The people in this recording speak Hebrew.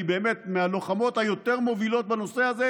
היא באמת מהלוחמות היותר מובילות בנושא הזה,